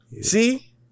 See